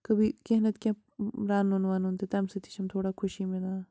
کبھی کیٚنٛہہ نَتہٕ کیٚنٛہہ رَنُن وَنُن تہِ تَمہِ سۭتۍ تہِ چھَم تھوڑا خوشی مِلان